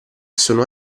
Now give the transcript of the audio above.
sono